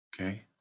okay